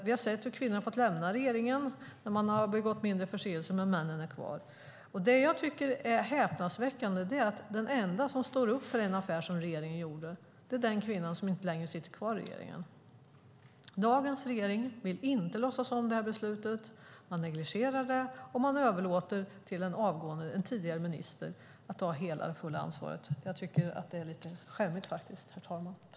Vi har sett hur kvinnor har fått lämna regeringen när de har begått mindre förseelser, men männen är kvar. Det som jag tycker är häpnadsväckande är att den enda som står upp för den affär som regeringen gjorde är den kvinna som inte längre sitter kvar i regeringen. Dagens regering vill inte låtsas om detta beslut. Man negligerar det, och man överlåter till en tidigare minister att ta hela ansvaret. Jag tycker faktiskt att det är lite skämmigt.